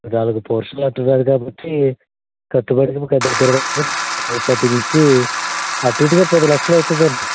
నాలుగు పోర్షన్లు అంటున్నారు కాబట్టి కట్టుబడుద్ది దగ్గర దగ్గర పది నుంచి అటు ఇటుగా పది లక్షలవుతుందండి